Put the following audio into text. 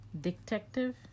Detective